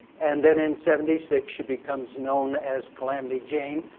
and then in seventy six she becomes known as calamity jane,